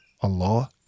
Allah